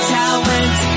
talent